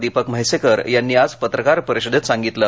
दीपक म्हैसेकर यांनी आज पत्रकार परिषदेत सांगितलं